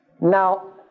Now